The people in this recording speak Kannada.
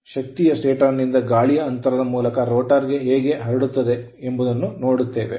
ನಂತರ ಶಕ್ತಿಯು stator ನಿಂದ ಗಾಳಿಯ ಅಂತರದ ಮೂಲಕ Rotor ಗೆ ಹೇಗೆ ಹರಡುತ್ತದೆ ಎಂಬುದನ್ನು ನೋಡುತ್ತದೆ